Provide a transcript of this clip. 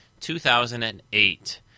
2008